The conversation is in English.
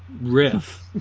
riff